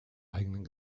eigenen